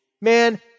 Man